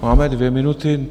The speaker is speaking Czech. Máme dvě minuty.